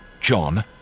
John